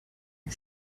had